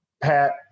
Pat